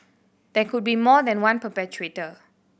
there could be more than one perpetrator